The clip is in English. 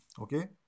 Okay